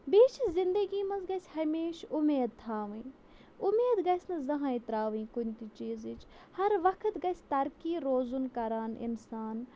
بیٚیہِ چھِ زِندگی منٛز گژھِ ہمیشہٕ اُمید تھاوٕنۍ اُمید گَژھِ نہٕ زٕہٕنۍ ترٛاوٕنۍ کُنہِ تہِ چیٖزٕچ ہَر وقت گژھِ ترقی روزُن کَران اِنسان